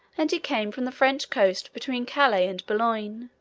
and he came from the french coast between calais and boulogne,